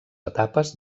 etapes